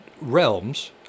realms